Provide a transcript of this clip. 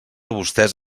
vostès